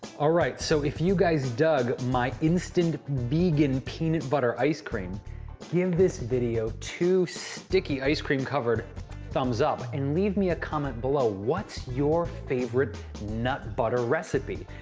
all right, so if you guys dug my instant vegan peanut butter ice cream give this video two sticky ice cream covered thumbs up and leave me a comment below. what's your favorite nut butter recipe?